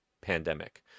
pandemic